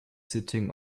sitting